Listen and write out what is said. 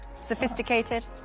sophisticated